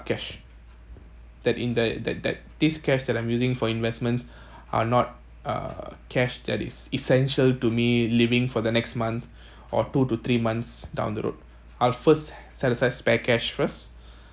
cash that in the that that this cash that I'm using for investments are not uh cash that is essential to me living for the next month or two to three months down the road I'll first spare cash first